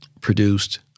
produced